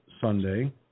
Sunday